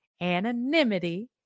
anonymity